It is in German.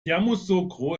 yamoussoukro